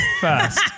first